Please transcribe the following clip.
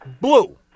Blue